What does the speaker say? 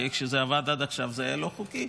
כי איך שזה עבד עד עכשיו זה היה לא חוקי,